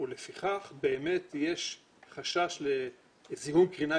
אין ספק שכאוכלוסייה הם חלו בגלל הזיהומים